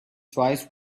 twice